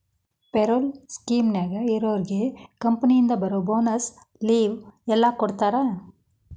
payroll ಸ್ಕೇಮ್ನ್ಯಾಗ ಇರೋರ್ಗೆ ಕಂಪನಿಯಿಂದ ಬರೋ ಬೋನಸ್ಸು ಲಿವ್ವು ಎಲ್ಲಾ ಕೊಡ್ತಾರಾ